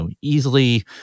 easily